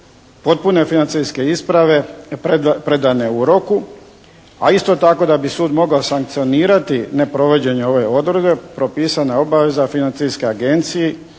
potpune financijske isprave predane u roku a isto tako da bi sud mogao sankcionirati neprovođenje ove odredbe propisana je obaveza financijske agencije